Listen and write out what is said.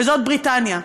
זאת בריטניה.